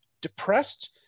depressed